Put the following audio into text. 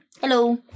Hello